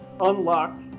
unlocked